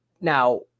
now